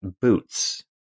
boots